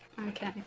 Okay